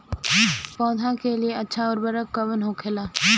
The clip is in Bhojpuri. पौधा के लिए अच्छा उर्वरक कउन होखेला?